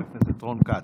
חבר הכנסת רון כץ,